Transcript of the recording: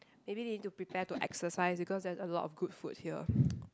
maybe they need to prepare to exercise because there's a lot of good food here